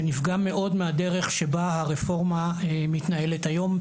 שנפגע מאוד מהדרך שבה הרפורמה מתנהלת היום,